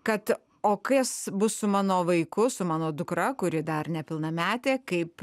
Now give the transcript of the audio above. kad o kas bus su mano vaiku su mano dukra kuri dar nepilnametė kaip